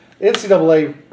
NCAA